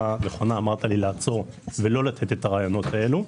נכונה לעצור ולא לתת את הרעיונות האלה,